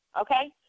okay